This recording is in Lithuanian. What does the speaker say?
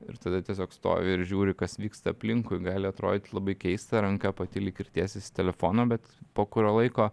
ir tada tiesiog stovi ir žiūri kas vyksta aplinkui gali atrodyt labai keista ranka pati lyg ir tiesiasi telefono bet po kurio laiko